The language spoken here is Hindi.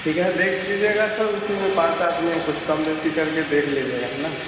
ठीक है देख लीजिएगा सर उसी में पाँच आदमी हैं कुछ कम बेसी करके देख लीजिएगा है ना